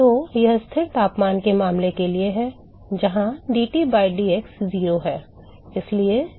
तो यह स्थिर तापमान के मामले के लिए है जहां dT बटा dx 0 है